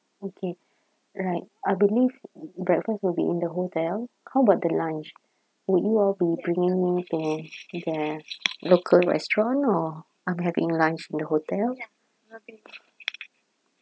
okay right I believe breakfast will be in the hotel how about the lunch would you all be bringing me in the local restaurant or I'm having lunch in the hotel